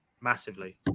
massively